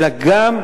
אלא גם,